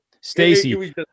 Stacey